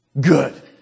Good